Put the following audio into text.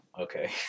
okay